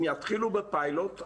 אם יתחילו בפיילוט,